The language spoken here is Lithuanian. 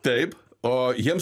taip o jiems